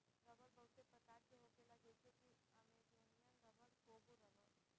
रबड़ बहुते प्रकार के होखेला जइसे कि अमेजोनियन रबर, कोंगो रबड़